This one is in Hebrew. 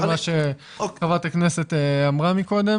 גם להשאיר רק את הסעיף הזה או להגיד לזה לעקר את התקנות,